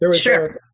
Sure